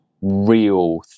real